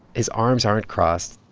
his arms aren't crossed.